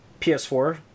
PS4